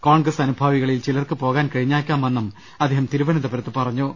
കോൺഗ്രസ് അനുഭാവികളിൽ ചിലർക്ക് പോകാൻ കഴിഞ്ഞേക്കാമെന്നും അദ്ദേഹം തിരുവനന്തപുരത്ത് പറഞ്ഞു